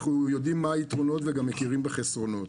אנחנו יודעים מה היתרונות וגם מכירים בחסרונות,